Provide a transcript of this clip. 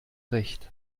recht